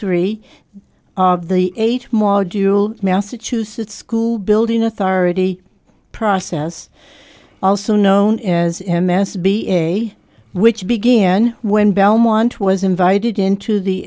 three of the eight module massachusetts school building authority process also known as m s b a which began when belmont was invited into the